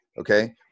okay